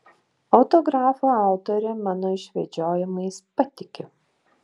autografų autorė mano išvedžiojimais patiki